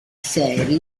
seri